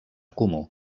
comú